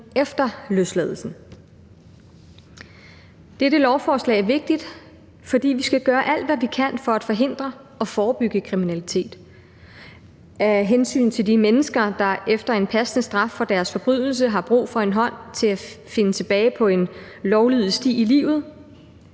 efter løsladelsen. Dette lovforslag er vigtigt, fordi vi skal gøre alt, hvad vi kan, for at forhindre og forebygge kriminalitet af hensyn til de mennesker, der efter en passende straf for deres forbrydelse har brug for en hånd til at finde tilbage på en lovlydig sti i livet,